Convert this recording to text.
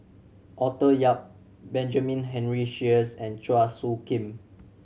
Arthur Yap Benjamin Henry Sheares and Chua Soo Khim